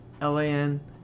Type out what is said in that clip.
L-A-N